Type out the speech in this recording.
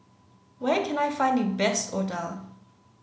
where can I find the best Otah